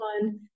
one